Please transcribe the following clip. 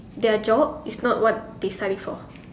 their job is not what they study for